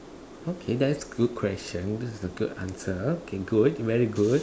okay that is good question a good answer okay good you very good